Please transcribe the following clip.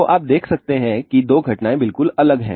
तो आप देख सकते हैं कि दो घटनाएँ बिलकुल अलग हैं